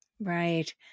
Right